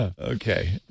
Okay